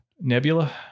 Nebula